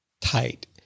tight